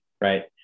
right